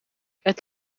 het